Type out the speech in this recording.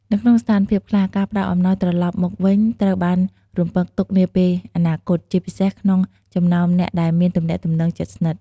នៅក្នុងស្ថានភាពខ្លះ ការផ្ដល់អំណោយត្រឡប់មកវិញត្រូវបានរំពឹងទុកនាពេលអនាគត ជាពិសេសក្នុងចំណោមអ្នកដែលមានទំនាក់ទំនងជិតស្និទ្ធ។